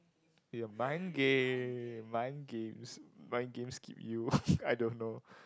it's a mind game mind games mind games keep you I don't know